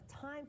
time